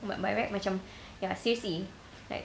but by right macam ya seriously like